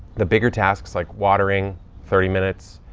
the bigger tasks like watering thirty minutes.